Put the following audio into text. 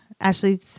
Ashley